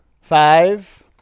Five